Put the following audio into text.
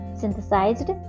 synthesized